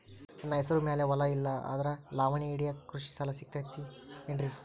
ನನ್ನ ಹೆಸರು ಮ್ಯಾಲೆ ಹೊಲಾ ಇಲ್ಲ ಆದ್ರ ಲಾವಣಿ ಹಿಡಿಯಾಕ್ ಕೃಷಿ ಸಾಲಾ ಸಿಗತೈತಿ ಏನ್ರಿ?